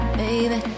baby